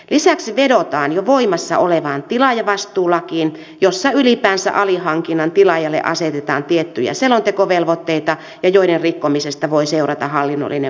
lisäksi vedotaan jo voimassa olevaan tilaajavastuulakiin jossa ylipäänsä alihankinnan tilaajalle asetetaan tiettyjä selontekovelvoitteita ja joiden rikkomisesta voi seurata hallinnollinen maksuseuraus